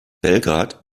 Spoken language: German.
belgrad